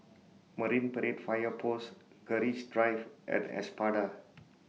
Marine Parade Fire Post Keris Drive and Espada